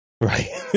right